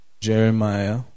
Jeremiah